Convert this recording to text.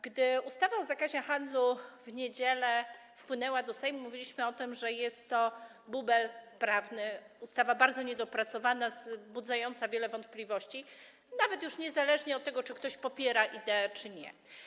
Gdy ustawa o zakazie handlu w niedzielę wpłynęła do Sejmu, mówiliśmy o tym, że jest to bubel prawny, ustawa bardzo niedopracowana, budząca wiele wątpliwości, niezależnie od tego, czy ktoś popiera ideę czy nie.